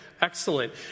Excellent